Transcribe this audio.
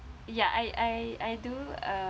ya I I I do uh